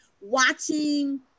watching